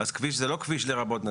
אז כביש זה לא 'כביש לרבות נתיב'.